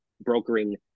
brokering